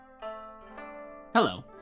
Hello